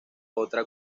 otra